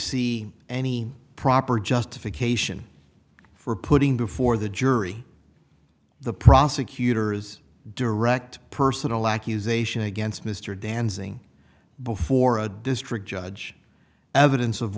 see any proper justification for putting before the jury the prosecutor's direct personal accusation against mr dancing before a district judge evidence of